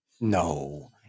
No